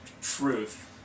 Truth